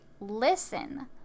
listen